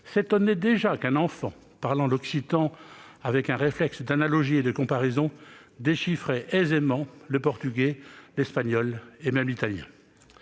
s'étonnait déjà qu'un enfant parlant l'occitan, avec un réflexe d'analogie et de comparaison, déchiffrât aisément le portugais, l'espagnol et même l'italien.